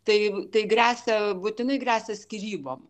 tai gresia būtinai gresia skyrybom